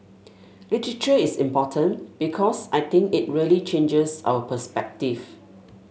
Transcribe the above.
literature is important because I think it really changes our perspective